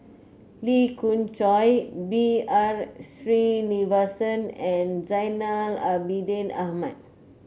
Lee Khoon Choy B R Sreenivasan and Zainal Abidin Ahmad